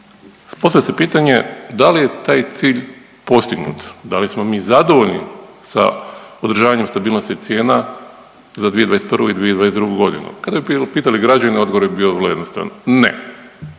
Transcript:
Postavlja se pitanje da li je taj cilj postignut, da li smo mi zadovoljni sa održavanjem stabilnosti cijena za 2021. i 2022.g., kada bi pitali građane odgovor bi bio vrlo jednostavan, ne.